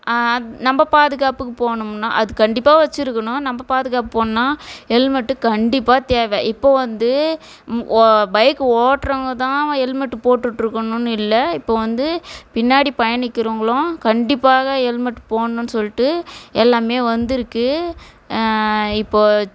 நம்ம பாதுகாப்புக்கு போனோமுன்னால் அது கண்டிப்பாக வச்சுருக்கணும் நம்ம பாதுகாப்பு போனோம்னால் ஹெல்மெட்டு கண்டிப்பாக தேவை இப்போது வந்து ஓ பைக்கு ஓட்டுறவங்க தான் ஹெல்மெட்டு போட்டுகிட்ருக்கணுன்னு இல்லை இப்போ வந்து பின்னாடி பயணிக்கிறவர்களும் கண்டிப்பாக ஹெல்மெட் போடணுன்னு சொல்லிட்டு எல்லாமே வந்திருக்கு இப்போது